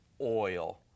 oil